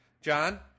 John